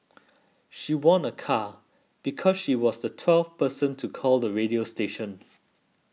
she won a car because she was the twelfth person to call the radio station